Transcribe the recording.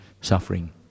suffering